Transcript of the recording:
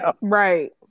Right